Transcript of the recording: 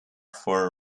for